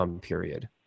period